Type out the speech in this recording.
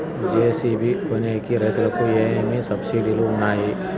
JCB కొనేకి రైతుకు ఏమేమి సబ్సిడి లు వుంటాయి?